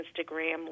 Instagram